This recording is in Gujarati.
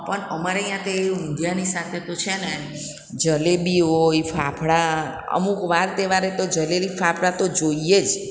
પણ અમારે અહીંયાં તે એ ઊંધિયાની સાથે તો છે ને જલેબી હોય ફાફળા અમુક વાર તહેવારે તો જલેબી ફાફડા તો જોઈએ જ